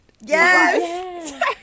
Yes